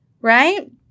right